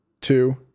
two